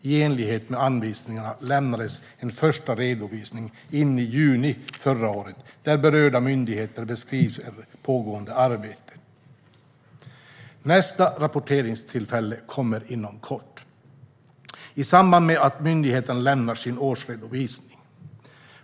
I enlighet med anvisningarna lämnades en första redovisning in i juni förra året där berörda myndigheter beskriver pågående arbete. Nästa rapporteringstillfälle kommer inom kort i samband med att myndigheterna lämnar in sin årsredovisning.